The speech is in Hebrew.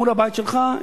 מול הבית שלך,